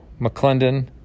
McClendon